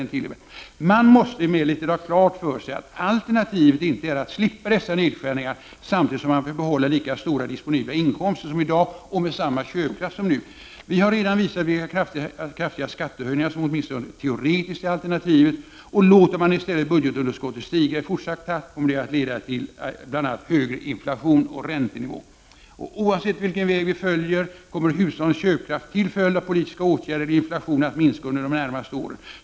Sedan fortsätter Bengt Westerberg: ”Man måste emellertid ha klart för sig att alternativet inte är att slippa dessa nedskärningar, samtidigt som man får behålla lika stora disponibla inkomster som i dag och med samma köpkraft som nu. Vi har redan visat vilka kraftiga skattehöjningar som åtminstone teoretiskt är alternativet. Låter man i stället budgetunderskottet stiga i fortsatt snabb takt kommer det att leda till bl a högre inflation och räntenivå. Oavsett vilken väg vi följer kommer hushållens köpkraft, till följd av politiska åtgärder eller inflation att minska under de närmaste åren.